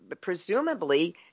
presumably –